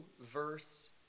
verse